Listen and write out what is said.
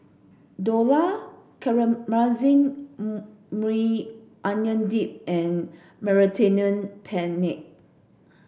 Dhokla Maui Onion Dip and Penne